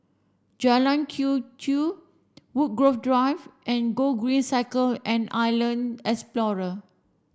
Jalan Quee Chew Woodgrove Drive and Gogreen Cycle and Island Explorer